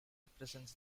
represents